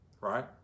right